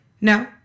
no